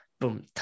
boom